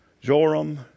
Joram